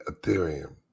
Ethereum